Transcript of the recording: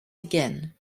again